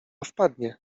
wpadnie